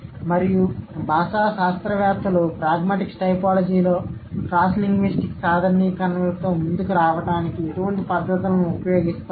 మరియు భాషా శాస్త్రవేత్తలు ప్రాగ్మాటిక్స్ టైపోలాజీలో క్రాస్ లింగ్విస్టిక్ సాధారణీకరణలతో ముందుకు రావడానికి ఎటువంటి పద్ధతులు ఉపయోగిస్తారు